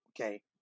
Okay